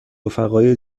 رفقای